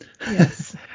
Yes